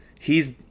hes